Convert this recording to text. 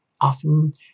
often